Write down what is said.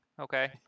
Okay